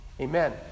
amen